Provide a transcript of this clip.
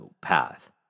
path